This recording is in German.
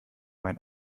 mein